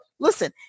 listen